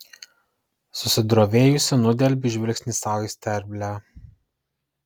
susidrovėjusi nudelbiu žvilgsnį sau į sterblę